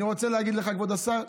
אני רוצה להגיד לך, כבוד השר,